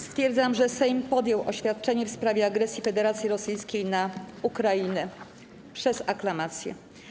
Stwierdzam, że Sejm podjął oświadczenie w sprawie agresji Federacji Rosyjskiej na Ukrainę przez aklamację.